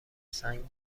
سنگ